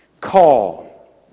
call